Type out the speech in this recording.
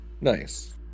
Nice